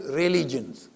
religions